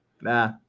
Nah